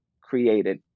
created